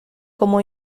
como